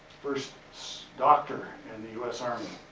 first doctor and the u s. army.